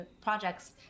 projects